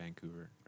Vancouver